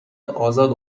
ازاد